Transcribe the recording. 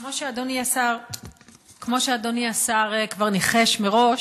כמו שאדוני השר כבר ניחש מראש,